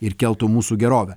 ir keltų mūsų gerovę